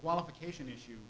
qualification issue